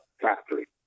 factory